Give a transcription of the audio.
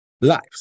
lives